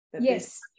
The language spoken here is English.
Yes